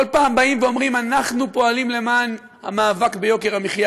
כל פעם באים ואומרים: אנחנו פועלים למען המאבק ביוקר המחיה,